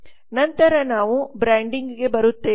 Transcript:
ನಂತರ ನಾವು ಬ್ರ್ಯಾಂಡಿಂಗ್ಗೆ ಬರುತ್ತೇವೆ